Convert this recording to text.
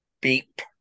beep